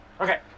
Okay